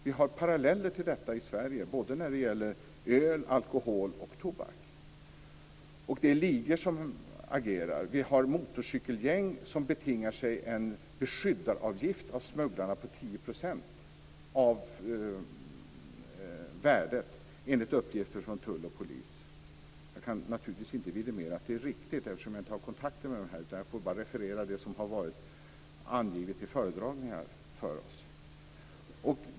Vi har paralleller till detta i Sverige både när det gäller öl, alkohol och tobak. Det är ligor som agerar. Motorcykelgäng betingar sig en beskyddaravgift av smugglarna på 10 % av värdet enligt uppgifter från tull och polis. Jag kan naturligtvis inte vidimera att det är riktigt eftersom jag inte har kontakt med det här. Jag får bara referera det som har angivits för oss i föredragningar.